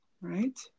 right